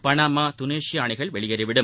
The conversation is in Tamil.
பனாமா துனிஷியா அணிகள் வெளியேறிவிடும்